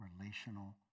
relational